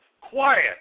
Quiet